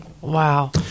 Wow